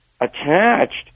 attached